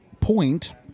point